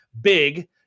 big